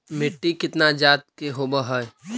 मिट्टी कितना जात के होब हय?